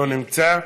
לא נמצא.